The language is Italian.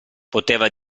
poteva